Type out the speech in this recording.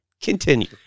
Continue